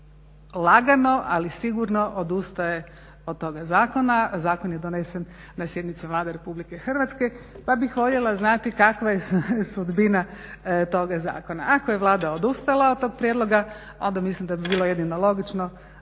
lagano ali sigurno odustaje od toga zakona. Zakon je donesen na sjednici Vlade Republike Hrvatske, pa bih voljela znati kakva je sudbina toga zakona. Ako je Vlada odustala od tog prijedloga, onda mislim da bi bilo jedino logično